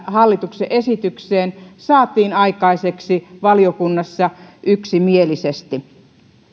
hallituksen esitykseen saatiin aikaiseksi valiokunnassa yksimielisesti